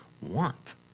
want